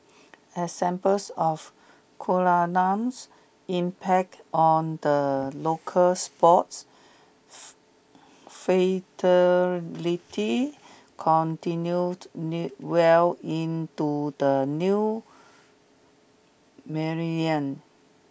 examples of Kunalan's impact on the local sports fraternity continued well into the new millennium